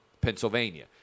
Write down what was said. Pennsylvania